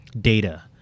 data